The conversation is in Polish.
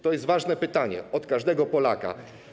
To jest ważne pytanie od każdego Polaka.